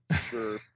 Sure